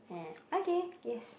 eh okay yes